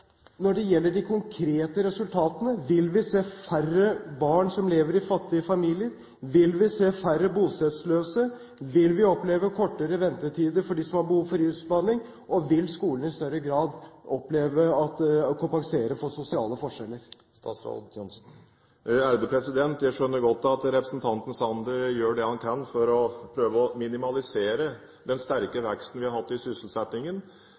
Når det gjelder de konkrete resultatene, vil vi se færre barn som lever i fattige familier, vil vi se færre bostedløse, vil vi oppleve kortere ventetider for dem som har behov for rusbehandling, og vil skolen i større grad oppleve å kompensere for sosiale forskjeller? Jeg skjønner godt at representanten Sanner gjør det han kan for å prøve å minimalisere den sterke veksten vi har hatt i sysselsettingen.